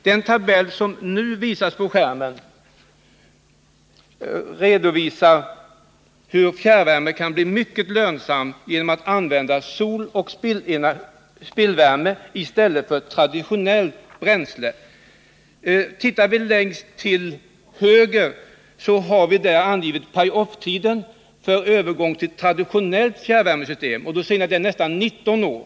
Den tabell som nu visas på skärmen redovisar hur fjärrvärme kan bli mycket lönsammare genom att man använder soloch spillvärme i stället för traditionellt bränsle. Pay-off-tiden för ett traditionellt fjärrvärmesystem är nästan 19 år.